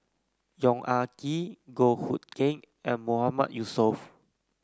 Yong Ah Kee Goh Hood Keng and Mahmood Yusof